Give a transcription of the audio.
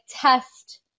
test